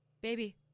baby